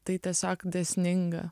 tai tiesiog dėsninga